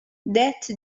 that